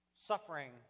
suffering